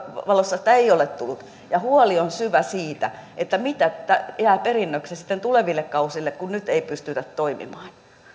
valossa sitä ei ole tullut huoli on syvä siitä mitä jää perinnöksi sitten tuleville kausille kun nyt ei pystytä toimimaan